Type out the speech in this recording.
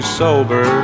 sober